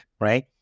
right